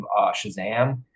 Shazam